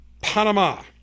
Panama